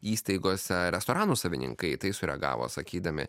įstaigose restoranų savininkai į tai sureagavo sakydami